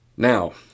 Now